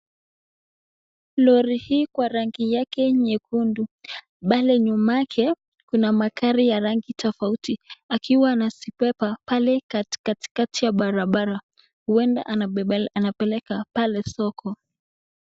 Lori hii kwa rangi yake nyekundu. Pale nyuma yake kuna magari ya rangi tofauti, akiwa anazibeba pale katikati ya barabara. Huenda anapeleka pale soko.